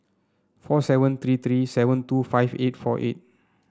four seven three three seven two five eight four eight